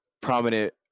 prominent